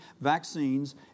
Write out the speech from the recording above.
vaccines